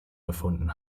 gefunden